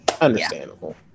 understandable